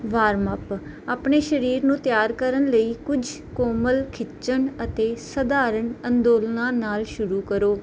warm up ਆਪਣੇ ਸਰੀਰ ਨੂੰ ਤਿਆਰ ਕਰਨ ਲਈ ਕੁਝ ਕੋਮਲ ਖਿੱਚਣ ਅਤੇ ਸਧਾਰਨ ਅੰਦੋਲਨਾਂ ਨਾਲ ਸ਼ੁਰੂ ਕਰੋ